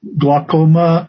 glaucoma